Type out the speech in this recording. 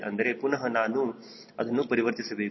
ಅಂದರೆ ಪುನಹ ನಾವು ಅದನ್ನು ಪರಿವರ್ತಿಸಬೇಕು